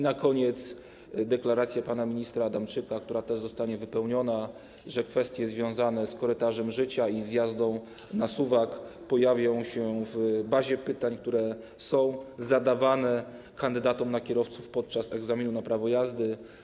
Na koniec deklaracja pana ministra Adamczyka, która też zostanie wypełniona, że kwestie związane z korytarzem życia i z jazdą na suwak pojawią się w bazie pytań zadawanych kandydatom na kierowców podczas egzaminu na prawo jazdy.